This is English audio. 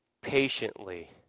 patiently